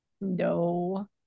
No